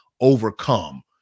overcome